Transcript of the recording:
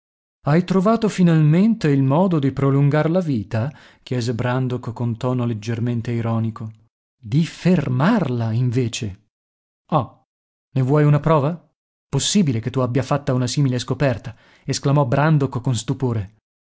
hai trovato finalmente il modo di prolungar la vita chiese brandok con tono leggermente ironico di fermarla invece ah ne vuoi una prova possibile che tu abbia fatta una simile scoperta esclamò brandok con stupore